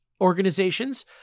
organizations